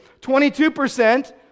22%